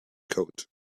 coat